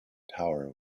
tower